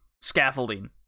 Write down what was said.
scaffolding